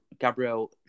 Gabriel